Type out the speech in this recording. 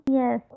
yes